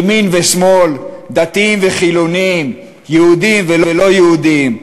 ימין ושמאל, דתיים וחילונים, יהודים ולא יהודים,